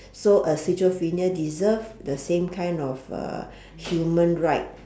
so a schizophrenia deserve the same kind of uh human right